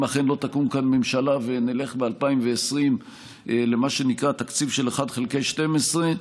אם אכן לא תקום כאן ממשלה ונלך ב-2020 למה שנקרא תקציב של 1 חלקי 12,